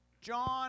John